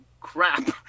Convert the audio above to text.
crap